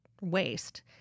waste